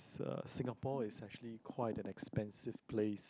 uh Singapore is actually quite an expensive place